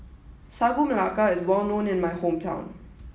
Sagu Melaka is well known in my hometown